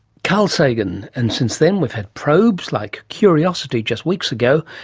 carl sagan. and since then we've had probes like curiosity just weeks ago,